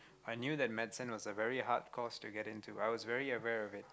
I knew that medicine was a very hard course to get into I was very aware of it